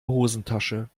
hosentasche